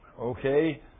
okay